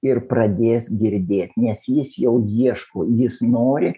ir pradės girdėti nes jis jau ieško jis nori